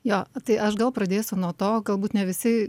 jo tai aš gal pradėsiu nuo to galbūt ne visi